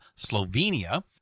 Slovenia